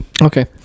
Okay